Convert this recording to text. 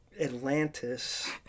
atlantis